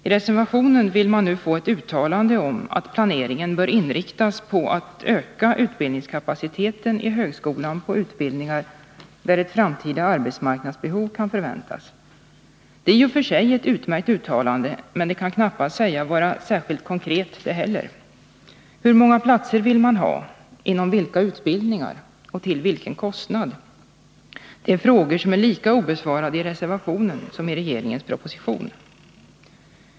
I reservationen 1 framförs nu önskemål att riksdagen gör ett uttalande om att planeringen bör inriktas på att öka utbildningskapaciteten i högskolan på utbildningar där ett framtida arbetsmarknadsbehov kan förväntas. Det är i och för sig ett utmärkt uttalande, men det kan knappast sägas vara särskilt konkret det heller. Hur många platser vill man ha, inom vilka utbildningar och till vilken kostnad? Det är frågor som är lika obesvarade i reservationen som i regeringens proposition.